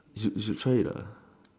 you should you should try it